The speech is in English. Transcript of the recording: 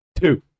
Two